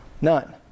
None